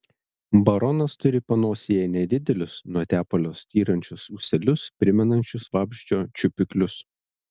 baronas turi panosėje nedidelius nuo tepalo styrančius ūselius primenančius vabzdžio čiupiklius